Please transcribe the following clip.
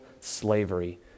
slavery